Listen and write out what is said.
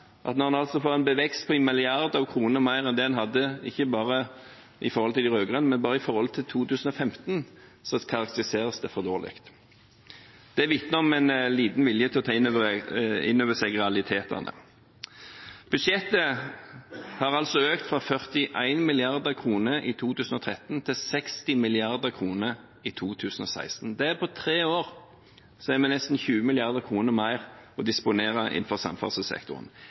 at når en altså får en vekst på milliarder av kroner mer enn det man hadde, ikke bare under de rød-grønne, men i 2015, karakteriseres det som for dårlig. Det vitner om liten vilje til å ta innover seg realitetene. Budsjettet har økt fra 41 mrd. kr i 2013 til 60 mrd. kr i 2016. På tre år har vi nesten 20 mrd. kr mer å disponere innenfor samferdselssektoren.